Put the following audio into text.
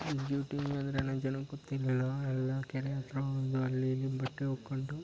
fridge TV ಅಂದ್ರೇ ಜನಕ್ಕೆ ಗೊತ್ತಿರಲಿಲ್ಲ ಎಲ್ಲ ಕೆರೆ ಹತ್ತಿರ ಹೋಗಿ ಅಲ್ಲಿ ಇಲ್ಲಿ ಬಟ್ಟೆ ಒಕ್ಕೊಂಡು